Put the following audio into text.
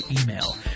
email